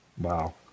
Wow